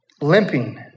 limping